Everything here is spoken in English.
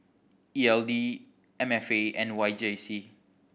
E L D M F A and Y J C